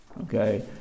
okay